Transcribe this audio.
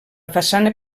façana